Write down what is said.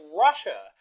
Russia